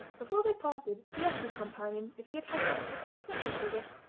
before they parted he asked his companion if he had happened to see a second figure,